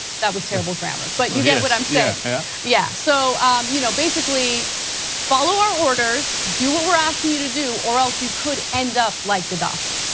that was terrible grammar but you get what i am saying. yeah yeah yeah so you know basically follow our orders, do what we are asking you to do or else you could end up like gaddafi.